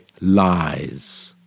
lies